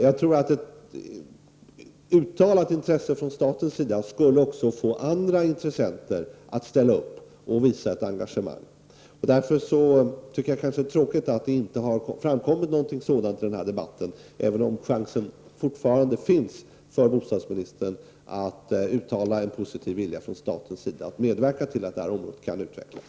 Jag tror att ett uttalat intresse från staten skulle kunna få andra intressenter att också ställa upp och visa ett engagemang. Jag tycker därför att det är tråkigt att det inte har framkommit ett sådant intresse i den här debatten. Chansen finns dock fortfarande för bostadsministern att uttala en positiv vilja från statens sida att medverka till att detta område kan utvecklas.